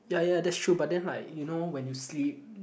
ya ya that's true but then like you know when you sleep